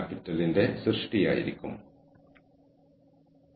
കൂടാതെ ഉൽപ്പാദനക്ഷമത സംതൃപ്തി വിറ്റുവരവ് ലാഭം മുതലായവയാണ് ഔട്ട്പുട്ട്